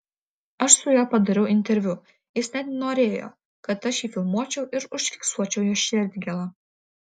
aš su juo padariau interviu jis net norėjo kad jį filmuočiau ir užfiksuočiau jo širdgėlą